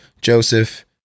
Joseph